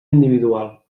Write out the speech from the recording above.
individual